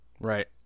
Right